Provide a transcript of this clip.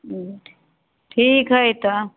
ह्म्म ठीक हइ तऽ